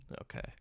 Okay